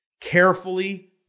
carefully